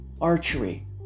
archery